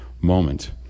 moment